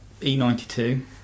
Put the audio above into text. E92